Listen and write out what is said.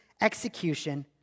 execution